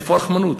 איפה הרחמנות,